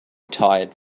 tired